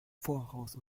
voraus